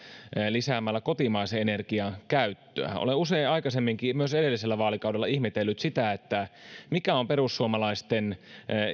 lisäämällä kotimaisen energian käyttöä olen usein aikaisemminkin myös edellisellä vaalikaudella ihmetellyt sitä mikä on perussuomalaisten